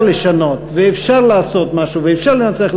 לשנות ואפשר לעשות משהו ואפשר לנצח,